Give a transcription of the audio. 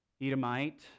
Edomite